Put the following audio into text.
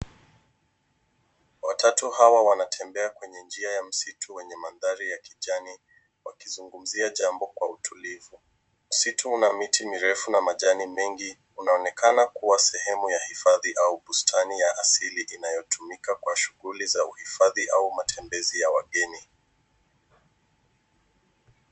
Watatu hawa wanatembea kwenye njia ya msitu wenye mandhari ya kijani, wakizungumzia jambo kwa utulivu. Msitu una miti mirefu na majani mengi, unaonekana kua sehemu ya hifadhi, au bustani ya asili inayotumika kwa shughuli za uhifadhi au matembezi ya wageni.